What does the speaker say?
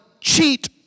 cheat